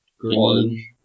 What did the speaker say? Green